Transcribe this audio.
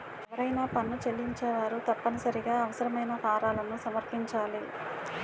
ఎవరైనా పన్ను చెల్లించేవారు తప్పనిసరిగా అవసరమైన ఫారాలను సమర్పించాలి